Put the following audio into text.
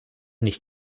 nicht